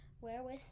Wherewith